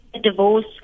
divorce